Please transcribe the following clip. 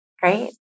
Great